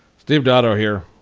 steve dotto here.